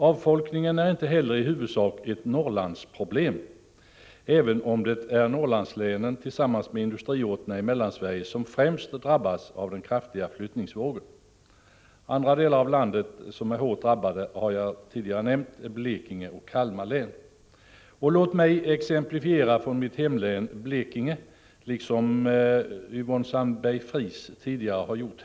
Avfolkningen är inte heller i huvudsak ett Norrlandsproblem, även om det är Norrlandslänen, tillsammans med industriorterna i Mellansverige, som främst drabbas av den kraftiga flyttningsvågen. Andra delar av landet som är hårt drabbade är Blekinge och Kalmar län, som jag nämnde. Låt mig exemplifiera från mitt hemlän Blekinge, liksom Yvonne Sandberg-Fries tidigare har gjort.